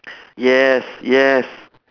yes yes